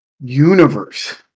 Universe